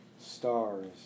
Stars